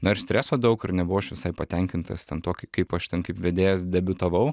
na ir streso daug ir nebuvau aš visai patenkintas ten tuo kai kaip aš ten kaip vedėjas debiutavau